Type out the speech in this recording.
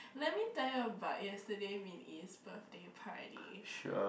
let me tell you about yesterday Min-Yi's birthday party